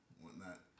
whatnot